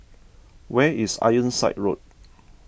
where is Ironside Road